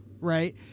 right